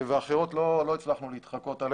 אחרי האחרות לא הצלחנו להתחקות.